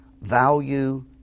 Value